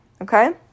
Okay